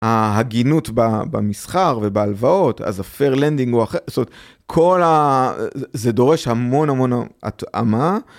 ההגינות במסחר ובהלוואות, אז ה-fair lending הוא אח... זאת אומרת... כל ה... זה דורש המון המון התאמה.